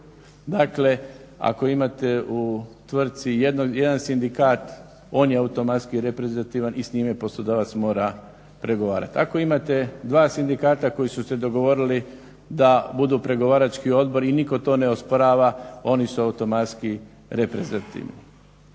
Dakle, ako imate u tvrtci jedan sindikat on je automatski reprezentativan i s njime poslodavac mora pregovarati. Ako imate dva sindikata koji su se dogovorili da budu pregovarački odbori i nitko to ne osporava oni su automatski reprezentativni.